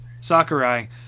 Sakurai